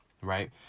right